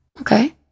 Okay